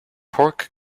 pork